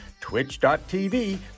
twitch.tv